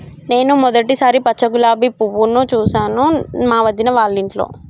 నేను మొదటిసారి పచ్చ గులాబీ పువ్వును చూసాను మా వదిన వాళ్ళింట్లో